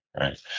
right